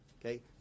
Okay